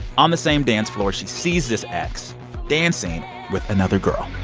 on the same dance floor, she sees this ex dancing with another girl